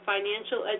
Financial